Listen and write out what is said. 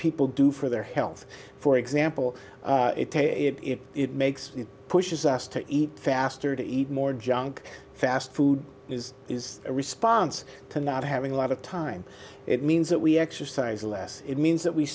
people do for their health for example it makes it pushes us to eat faster to eat more junk fast food is is a response to not having a lot of time it means that we exercise less it means that we